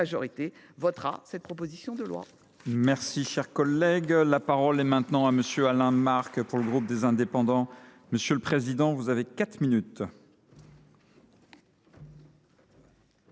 majorité, votera cette proposition de loi.